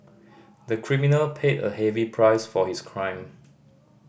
the criminal paid a heavy price for his crime